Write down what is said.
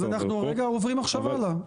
אז אנחנו עוברים עכשיו הלאה.